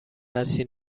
هرچی